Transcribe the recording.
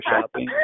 shopping